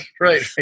right